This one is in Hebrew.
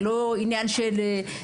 זה לא עניין של פוליטיקה,